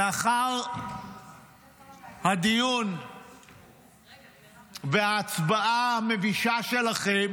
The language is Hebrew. לאחר הדיון וההצבעה המבישה שלכם